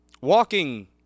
walking